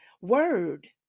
word